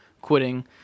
quitting